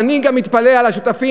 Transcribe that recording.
ואני גם מתפלא על השותפים,